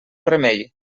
remei